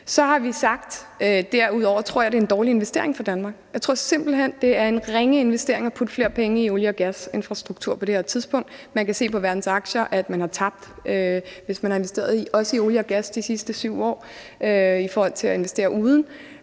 flytte os. Derudover tror jeg, det er en dårlig investering for Danmark. Jeg tror simpelt hen, det er en ringe investering at putte flere penge i olie- og gasinfrastruktur på det her tidspunkt. Man kan se på verdens aktier, at man har tabt, hvis man har investeret i olie og gas de sidste 7 år i forhold til at investere andre